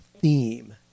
theme